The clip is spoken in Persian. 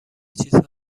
چیزها